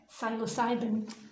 psilocybin